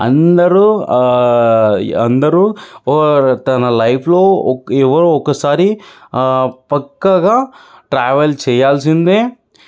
అందరూ అందరూ ఓ తన లైఫ్లో ఒక ఎవరో ఒకసారి పక్కాగా ట్రావెల్ చేయాల్సిందే